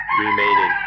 remaining